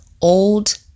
old